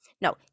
No